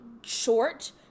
short